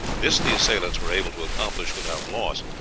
this the assailants were able to accomplish without loss,